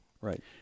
Right